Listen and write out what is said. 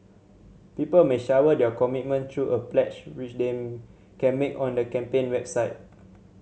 people may shower their commitment through a pledge which they can make on the campaign website